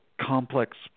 complex